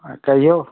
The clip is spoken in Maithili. कहिऔ